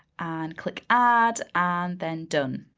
and click add, and then done.